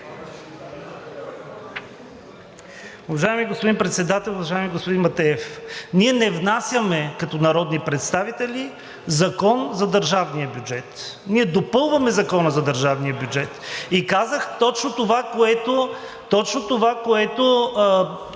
Уважаеми господин Председател, уважаеми господин Матеев! Ние не внасяме като народни представители Закон за държавния бюджет. Ние допълваме Закона за държавния бюджет. И казах точно това, което